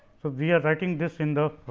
so, we are writing this in the